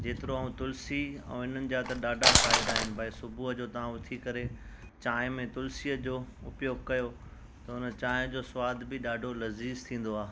त जेतिरो ऐं तुलसी ऐं हिननि जा त ॾाढा फ़ाइदा आहिनि भई सुबूह जो तव्हां उथी करे चाहिं में तुलसीअ जो उपयोग कयो त हुन चाहिं जो सवाद बि ॾाढो लज़ीज थींदो आहे